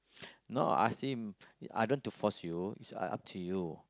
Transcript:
no are seem I don't to force you so I up to you